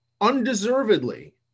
undeservedly